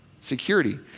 security